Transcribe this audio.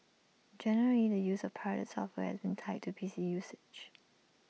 generally the use of pirated software has been tied to P C usage